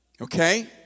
Okay